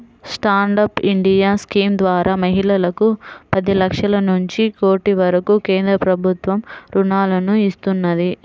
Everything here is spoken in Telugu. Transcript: స్టాండ్ అప్ ఇండియా స్కీమ్ ద్వారా మహిళలకు పది లక్షల నుంచి కోటి వరకు కేంద్ర ప్రభుత్వం రుణాలను ఇస్తున్నది